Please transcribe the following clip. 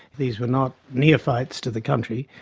these were not neophytes to the country,